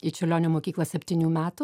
į čiurlionio mokyklą septynių metų